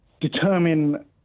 determine